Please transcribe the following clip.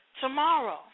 tomorrow